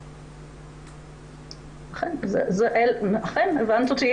אכן, הבנתי אותי